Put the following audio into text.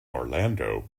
orlando